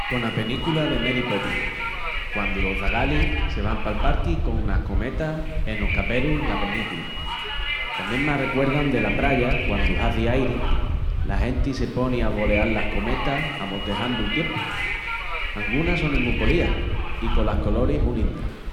Cona penícula de Mary Poppins, quandu los zagalis se van pal parqui conas cometas enos caberus la penícula. Tamién m'arrecuerdan dela praya quandi hazi airi, la genti se poni a voleal las cometas amotejandu'l tiempu, angunas sonin mu polías i colas coloris mu lindas.